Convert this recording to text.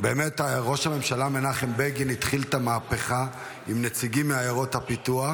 ראש הממשלה מנחם בגין באמת התחיל את המהפכה עם נציגים מעיירות הפיתוח,